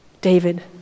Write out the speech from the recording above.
David